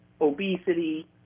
obesity